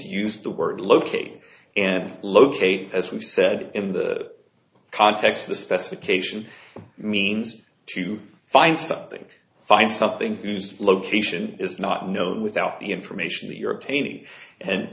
used the word locate and locate as we've said in the context the specification means to find something find something to use location is not known without the information that you're painting and